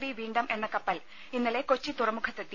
V Veendam എന്ന കപ്പൽ ഇന്നലെ കൊച്ചി തുറമുഖത്ത് എത്തി